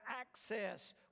access